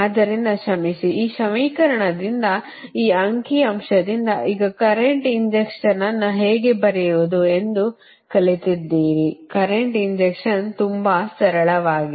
ಆದ್ದರಿಂದ ಕ್ಷಮಿಸಿ ಈ ಸಮೀಕರಣದಿಂದ ಈ ಅಂಕಿ ಅಂಶದಿಂದ ಈಗ ಕರೆಂಟ್ ಇಂಜೆಕ್ಷನ್ ಅನ್ನು ಹೇಗೆ ಬರೆಯುವುದು ಎಂದು ಕಲಿತಿದ್ದೀರಿ ಕರೆಂಟ್ ಇಂಜೆಕ್ಷನ್ ತುಂಬಾ ಸರಳವಾಗಿದೆ